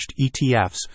ETFs